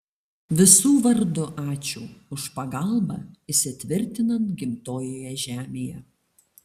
visų vardu ačiū už pagalbą įsitvirtinant gimtojoje žemėje